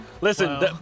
Listen